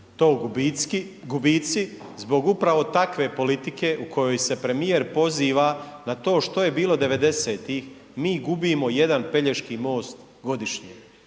to gubici zbog upravo takve politike u kojoj se premijer poziva na to što je bilo 90-tih mi gubimo jedan Pelješki most godišnje